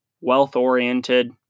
wealth-oriented